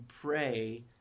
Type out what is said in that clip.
pray